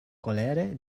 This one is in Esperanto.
kolere